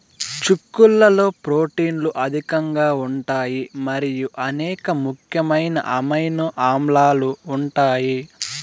చిక్కుళ్లలో ప్రోటీన్లు అధికంగా ఉంటాయి మరియు అనేక ముఖ్యమైన అమైనో ఆమ్లాలు ఉంటాయి